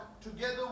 together